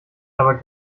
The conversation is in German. aber